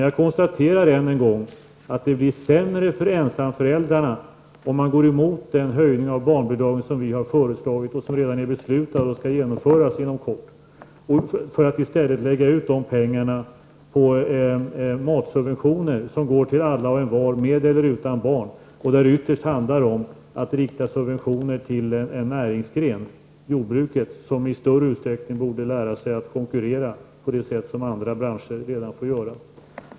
Jag konstaterar än en gång att det blir sämre för ensamföräldrarna om man går emot den höjning av barnbidragen som vi har föreslagit, och som redan är beslutad och skall genomföras inom kort, och i stället lägger ut dessa pengar på matsubventioner som går till alla och envar med eller utan barn, och där det ytterst handlar om att rikta subventioner till en näringsgren, jordbruket, som i större utsträckning borde lära sig att konkurrera på det sätt som andra branscher redan får göra.